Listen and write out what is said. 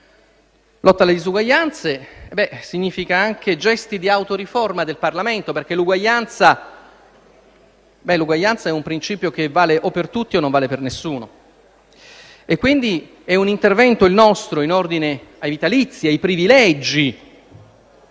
Lotta alle disuguaglianze significa anche gesti di autoriforma del Parlamento, perché l'uguaglianza è un principio che vale per tutti o per nessuno. Ecco quindi il nostro intervento in ordine ai vitalizi e ai privilegi,